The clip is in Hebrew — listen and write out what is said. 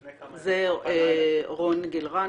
לפני כמה ימים --- זה רון גילרן,